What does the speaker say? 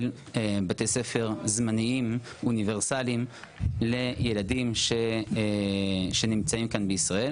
בתי ספר זמניים אוניברסליים לילדים שנמצאים כאן בישראל?